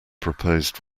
proposed